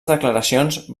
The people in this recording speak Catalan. declaracions